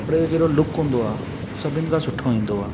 कपिड़े जो जहिड़ो लुक हूंदो आहे सभिनि खां सुठो ईंदो आहे